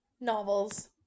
novels